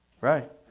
Right